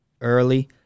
early